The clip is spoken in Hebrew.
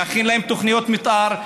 להכין להם תוכניות מתאר,